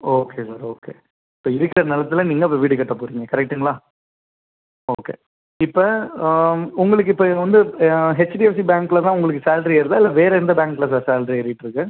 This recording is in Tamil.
ஓகே சார் ஓகே இப்போ இருக்கற நிலத்துல நீங்கள் அப்போ வீடு கட்ட போகிறீங்க கரெக்ட்டுங்களா ஓகே இப்போ உங்களுக்கு இப்போ வந்து ஹெச்டிஎஃப்சி பேங்க்கில் தான் உங்களுக்கு சேல்ரி ஏறுதா இல்லை வேறு எந்த பேங்க்கில் சார் சேல்ரி ஏறிட்டுருக்கு